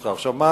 נוסחה כלשהי.